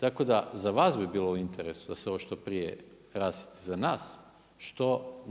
Tako da za vas bi bilo u interesu da se ovo što prije rasvijetli za nas. Što